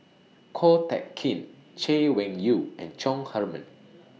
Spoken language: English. Ko Teck Kin Chay Weng Yew and Chong Heman